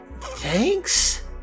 Thanks